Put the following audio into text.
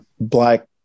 black